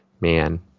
man